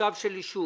תושב של יישוב